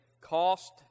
cost